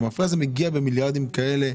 זה מגיע למיליארדי שקלים.